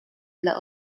dla